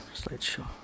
slideshow